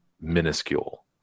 minuscule